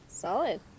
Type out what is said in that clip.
solid